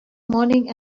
morning